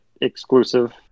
exclusive